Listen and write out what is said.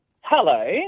Hello